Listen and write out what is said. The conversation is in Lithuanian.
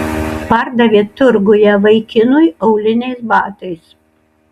pardavė turguje vaikinui auliniais batais